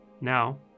Now